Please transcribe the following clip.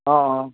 অঁ অঁ